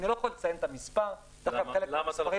אני לא יכול לציין את המספר -- למה אתה לא יכול לציין את המספר?